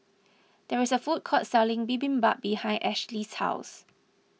there is a food court selling Bibimbap behind Ashli's house